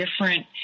different